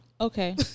Okay